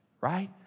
right